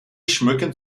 schmücken